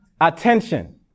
attention